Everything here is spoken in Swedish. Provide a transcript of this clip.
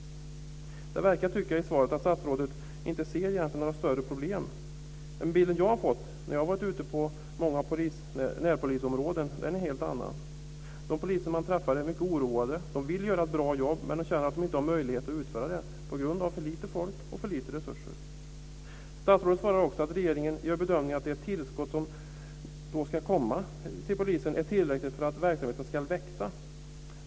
Jag tycker att det i svaret verkar som om statsrådet egentligen inte ser några större problem. Den bild som jag har fått när jag har varit ute i många närpolisområden är en helt annan. De poliser som jag träffar är mycket oroade. De vill göra ett bra jobb, men de känner att de inte har möjlighet att utföra det på grund av för lite folk och för lite resurser. Statsrådet svarar också att regeringen gör bedömningen att det tillskott som ska komma till polisen är tillräckligt för att verksamheten ska växa.